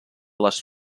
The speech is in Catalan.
les